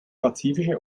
pazifische